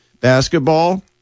Basketball